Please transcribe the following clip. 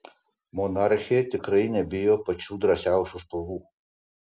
monarchė tikrai nebijo pačių drąsiausių spalvų